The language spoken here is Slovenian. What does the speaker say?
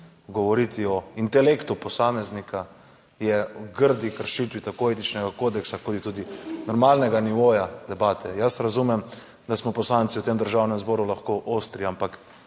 govoriti o intelektu posameznika je v grdi kršitvi tako etičnega kodeksa kot tudi normalnega nivoja debate. Jaz razumem, da smo poslanci v tem Državnem zboru lahko ostri, ampak